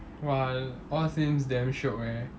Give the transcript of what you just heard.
!wah! all seems damn shiok eh